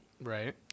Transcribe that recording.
Right